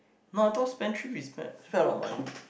no I thought spend spendthrift is spend a lot of money